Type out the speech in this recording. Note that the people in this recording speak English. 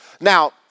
Now